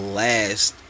last